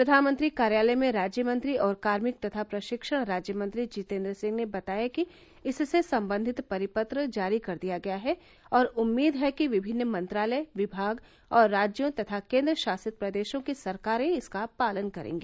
प्रधानमंत्री कार्यालय में राज्यमंत्री और कार्मिक तथा प्रशिक्षण राज्य मंत्री जितेन्द्र सिंह ने बताया कि इससे संबंधित परिपत्र जारी कर दिया गया है और उम्मीद है कि विमिन्न मंत्रालय विभाग और राज्यों तथा केन्द्र शासित प्रदेशों की सरकारें इसका पालन करेंगी